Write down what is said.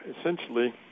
essentially